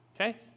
okay